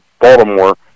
Baltimore